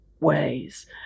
ways